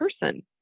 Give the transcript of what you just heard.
person